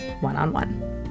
one-on-one